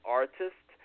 artist